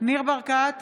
ניר ברקת,